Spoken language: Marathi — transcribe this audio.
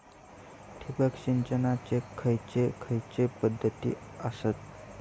ठिबक सिंचनाचे खैयचे खैयचे पध्दती आसत?